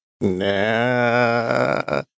nah